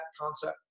concept